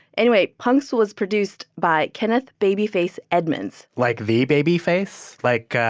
anyway, punks was produced by kenneth babyface edmonds like, the babyface? like,